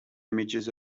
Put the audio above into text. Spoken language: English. images